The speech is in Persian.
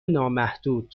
نامحدود